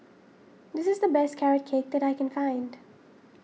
this is the best Carrot Cake that I can find